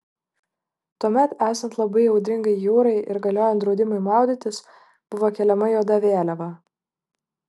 tuomet esant labai audringai jūrai ir galiojant draudimui maudytis buvo keliama juoda vėliava